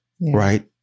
right